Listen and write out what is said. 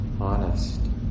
Honest